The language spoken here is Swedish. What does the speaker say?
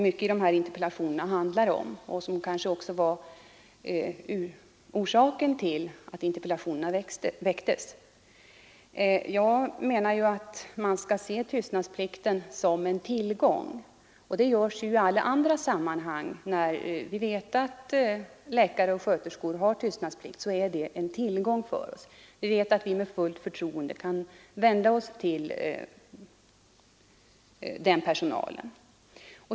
Mycket i interpellationerna handlar om tystnadsplikten, som kanske också var orsaken till att interpellationerna väcktes. Jag anser att man skall se tystnadsplikten som en tillgång. Det gör man i alla andra sammanhang. Att läkare och sköterskor har tystnadsplikt är en tillgång för oss; vi vet att vi med fullt förtroende kan vända oss till den personalen.